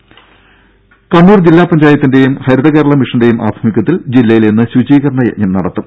ദേദ കണ്ണൂർ ജില്ലാ പഞ്ചായത്തിന്റെയും ഹരിത കേരള മിഷന്റെയും ആഭിമുഖ്യത്തിൽ ജില്ലയിൽ ഇന്ന് ശുചീകരണ യജ്ഞം നടത്തും